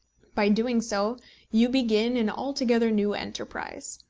by doing so you begin an altogether new enterprise.